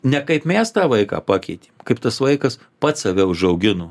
ne kaip mes tą vaiką pakeitėm kaip tas vaikas pats save užaugino